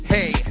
Hey